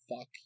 fuck